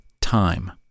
time